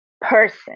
person